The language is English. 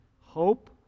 hope